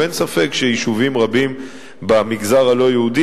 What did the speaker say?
אין ספק שיישובים רבים במגזר הלא-יהודי